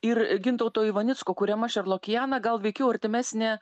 ir gintauto ivanicko kuriama šerlokiana gal veikiau artimesnė